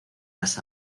las